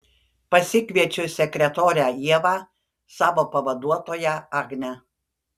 pasikviečiu sekretorę ievą savo pavaduotoją agnę